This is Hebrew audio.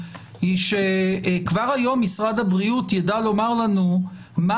היא שכבר היום משרד הבריאות ידע לומר לנו מה